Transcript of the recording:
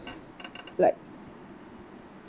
like